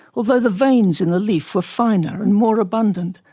although the veins in the leaf were finer and more abundant,